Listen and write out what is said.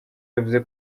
yavuze